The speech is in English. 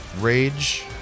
Rage